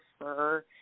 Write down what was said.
prefer